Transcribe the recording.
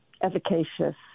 efficacious